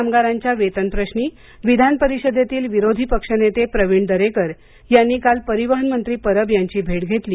कामगारांच्या वेतन प्रश्री विधान परिषदेतील विरोधीपक्ष नेते प्रवीण दरेकर यांनी काल परिवहन मंत्री परब यांची भेट घेतली